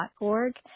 org